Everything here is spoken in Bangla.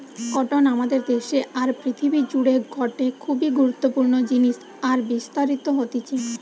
কটন আমাদের দেশে আর পৃথিবী জুড়ে গটে খুবই গুরুত্বপূর্ণ জিনিস আর বিস্তারিত হতিছে